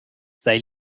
sei